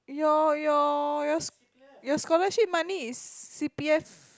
your your your your scholarship money is c_p_f